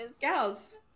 Gals